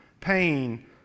pain